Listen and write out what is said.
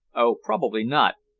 oh! probably not,